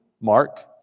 Mark